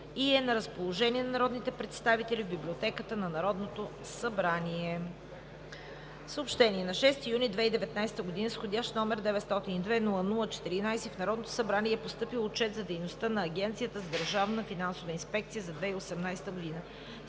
и е на разположение на народните представители в Библиотеката на Народното събрание. На 6 юни 2019 г., с вх. № 902-00-14, в Народното събрание е постъпил Отчет за дейността на Агенцията за държавна финансова инспекция за 2018 г.